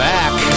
back